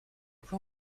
plan